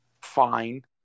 fine